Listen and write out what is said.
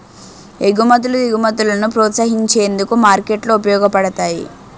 ఎగుమతులు దిగుమతులను ప్రోత్సహించేందుకు మార్కెట్లు ఉపయోగపడతాయి